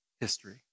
history